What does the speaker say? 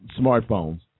Smartphones